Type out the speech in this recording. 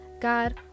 God